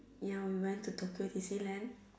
ya we went to Tokyo Disneyland